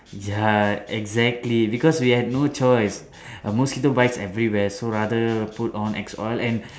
ya exactly because we have no choice err mosquito bites everywhere so rather put on axe oil and